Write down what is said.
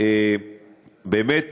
באמת